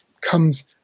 comes